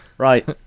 Right